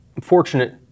fortunate